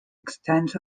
extends